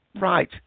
Right